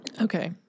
Okay